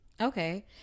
Okay